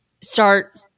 start